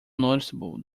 noticeable